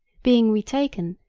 being retaken,